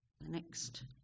next